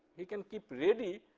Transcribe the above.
you can keep ready,